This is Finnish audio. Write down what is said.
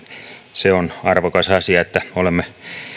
se on arvokas asia että olemme